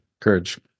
courage